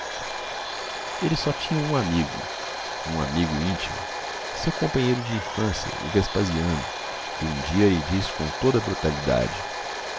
ele só tinha um amigo um amigo íntimo seu companheiro de infância o vespasiano que um dia lhe disse com toda a brutalidade